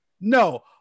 No